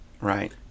right